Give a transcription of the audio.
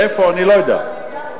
מאיפה, אני לא יודע, יבואו מהמיליארד